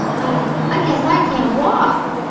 i i guess i can't walk.